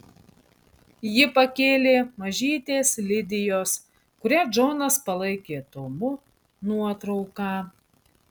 ji pakėlė mažytės lidijos kurią džonas palaikė tomu nuotrauką